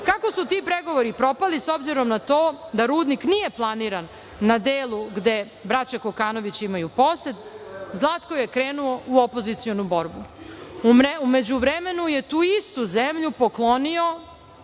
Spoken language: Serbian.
su ti pregovori propali, s obzirom na to da rudnik nije planiran na delu gde braća Kokanović imaju posed, Zlatko je krenuo u opozicionu borbu. U međuvremenu je tu istu zemlju poklonio